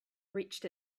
reached